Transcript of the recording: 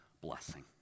blessing